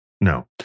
no